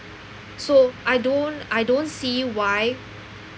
so I don't I don't see why